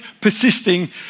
persisting